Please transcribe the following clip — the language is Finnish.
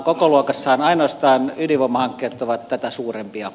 kokoluokassaan ainoastaan ydinvoimahankkeet ovat tätä suurempia